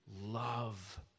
love